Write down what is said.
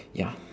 ya